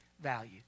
value